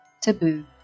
taboo